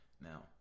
Now